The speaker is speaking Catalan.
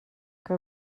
que